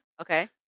Okay